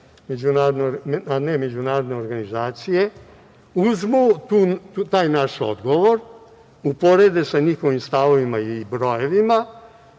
a ne međunarodne organizacije, uzmu taj naš odgovor, uporede sa njihovim stavovima i brojevima